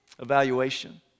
evaluation